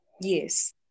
Yes